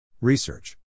Research